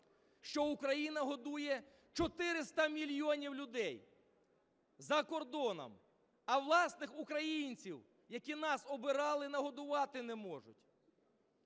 що Україна годує 400 мільйонів людей за кордоном, а власних українців, які нас обирали, нагодувати не можуть.